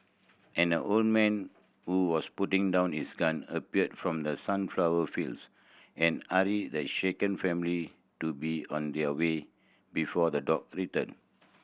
and a old man who was putting down his gun appeared from the sunflower fields and hurried the shaken family to be on their way before the dog return